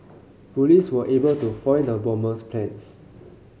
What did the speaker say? police were able to foil the bomber's plans